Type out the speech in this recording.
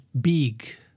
big